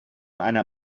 eine